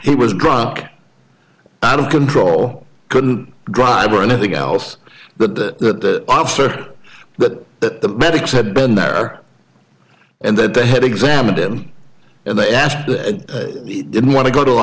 he was drunk out of control couldn't drive or anything else but that officer that that the medics had been there and that the head examined him and they asked that he didn't want to go to a